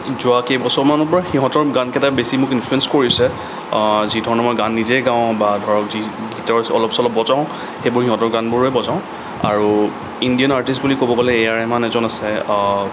যোৱা কেইবছৰমানৰ পৰা সিহঁতৰ গানকেইটাই বেছি মোক ইনফ্লোৱেঞ্চ কৰিছে যি ধৰণৰ গান মই নিজেও গাওঁ বা ধৰক যি গিটাৰ চিটাৰ অলপ বজাওঁ সেইবোৰ সিহঁতৰ গানবোৰেই বজাওঁ আৰু ইণ্ডিয়ান আৰ্টিষ্ট বুলি ক'ব গ'লে এ আৰ ৰেহমান এজন আছে